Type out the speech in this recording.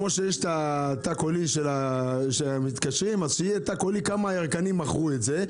כמו שיש תא קולי שמתקשרים - שיהיה תא קולי כמה ירקנים מכרו את זה.